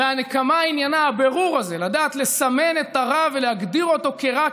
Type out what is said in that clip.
והנקמה עניינה הבירור הזה: לדעת לסמן את הרע ולהגדיר אותו כרע,